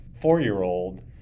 four-year-old